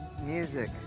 Music